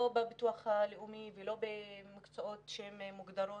לא בביטוח הלאומי ולא במקצועות שהם מוגדרים